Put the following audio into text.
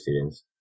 students